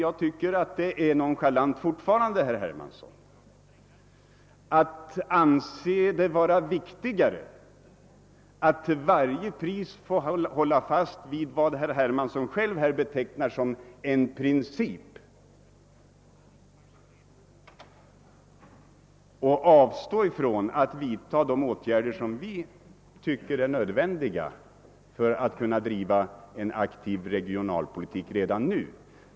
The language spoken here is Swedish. Jag tycker fortfarande att det är nonchalant, herr Hermansson, att anse det vara viktigare att till varje pris hålla fast vid vad herr Hermansson själv betecknar som en princip än att vidta de åtgärder, som enligt vår mening är nödvändiga för att vi skall kunna driva en aktiv regionalpolitik redan nu.